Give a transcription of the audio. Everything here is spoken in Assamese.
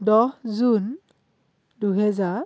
দহ জুন দুহেজাৰ